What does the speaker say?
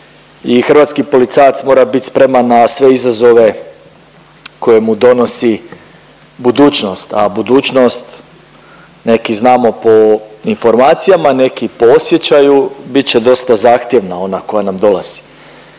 i hrvatski policajac mora bit spreman na sve izazove koje mu donosi budućnost, a budućnost neki znamo po informacijama, neki po osjećaju bit će dosta zahtjevna ona koja nam dolazi